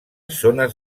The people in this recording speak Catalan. zones